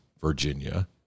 Virginia